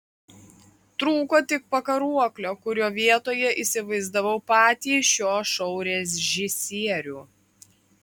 trūko tik pakaruoklio kurio vietoje įsivaizdavau patį šio šou režisierių